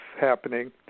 happening